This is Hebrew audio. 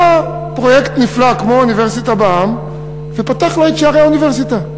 בא פרויקט נפלא כמו "אוניברסיטה בעם" ופתח לה את שערי האוניברסיטה.